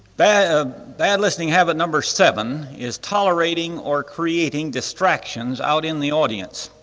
bad ah bad listening habit number seven is tolerating or creating distractions out in the audience.